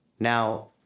Now